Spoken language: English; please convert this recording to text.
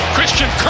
Christian